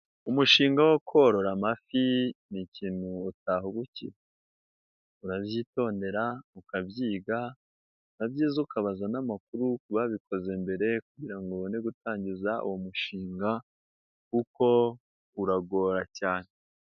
Umushinga wo korora amafi, ni ikintu utahabukira. Urabyitondera, ukabyiga ni na byiza ukabaza n'amakuru ku babikoze mbere, kugira ngo ubone gutangiza uwo mushinga kuko uragora cyane.